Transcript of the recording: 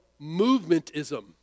movementism